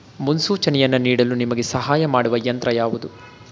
ಮುನ್ಸೂಚನೆಯನ್ನು ನೀಡಲು ನಿಮಗೆ ಸಹಾಯ ಮಾಡುವ ಯಂತ್ರ ಯಾವುದು?